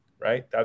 Right